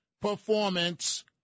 performance